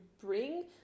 bring